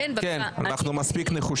אנחנו מספיק נחושים.